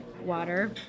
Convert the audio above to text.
water